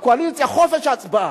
חופש הצבעה.